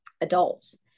adults